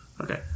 Okay